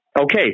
okay